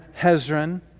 Hezron